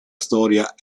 storia